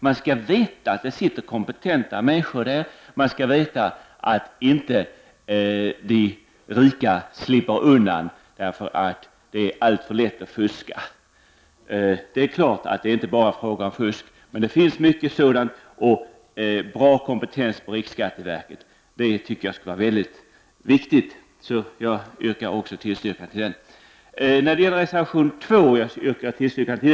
De skall veta att personalen är kompetent och att inte de rika kommer undan skatt därför att det är alltför lätt att fuska. Naturligtvis är det inte enbart fråga om fusk , men det finns mycket av det slaget. Därför är hög kompetens på riksskatteverket mycket viktigt. Jag yrkar således bifall till reservation 1. Även reservation 2 yrkar jag bifall till.